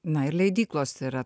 na ir leidyklos yra